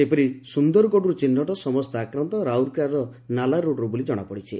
ସେହିପରି ସୁନ୍ଦରଗଡ଼ରୁ ଚିହ୍ବଟ ସମସ୍ତ ଆକ୍ରାନ୍ତ ରାଉରକେଲାର ନାଲାରୋଡ୍ର ବୋଲି ଜଶାପଡ଼ିଛି